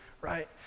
Right